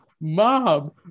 Mom